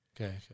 okay